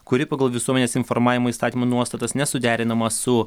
kuri pagal visuomenės informavimo įstatymo nuostatas nesuderinama su